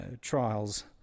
trials